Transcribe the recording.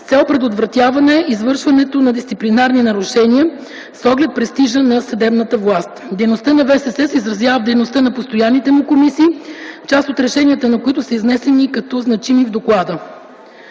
цел предотвратяване извършването на дисциплинарни нарушения с оглед престижа на съдебната власт. Дейността на ВСС се изразява в дейността на постоянните му комисии, част от решенията на които са изнесени като значими в доклада.